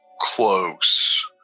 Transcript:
close